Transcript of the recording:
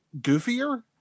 goofier